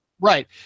right